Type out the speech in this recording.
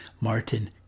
Martin